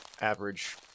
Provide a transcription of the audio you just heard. average